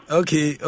okay